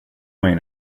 mig